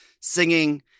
singing